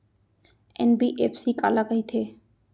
NBFC काला कहिथे?